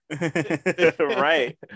right